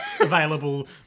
available